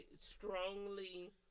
strongly